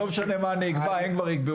לא משנה מה אני אקבע הם יתחרו,